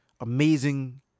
amazing